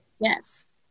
Yes